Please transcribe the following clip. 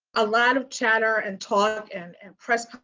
a lot of chatter and talk and and press